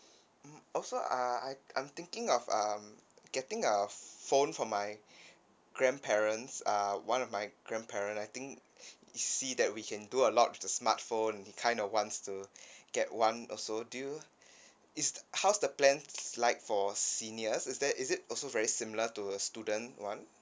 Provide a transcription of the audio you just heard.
mm also err I I'm thinking of um getting a phone for my grandparents uh one of my grandparent I think see that we can do a lot with the smartphone he kind of wants to get one also do you is how's the plans like for seniors is there is it also very similar to a student one